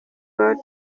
bolt